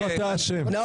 בבקשה,